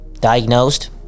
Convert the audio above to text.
diagnosed